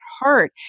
heart